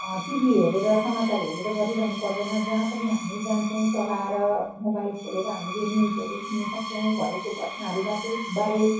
TV हेरेर समाचार हेरेर गरिरहनु पर्दैन जहाँ पनि हामी जान्छौँ चलाएर मोबाइल खोलेर हामीले न्युजहरू सुन्नसक्छौँ भएको घटनाहरूबाटै बारे